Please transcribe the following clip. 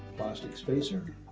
plastic spacer,